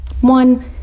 One